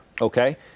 Okay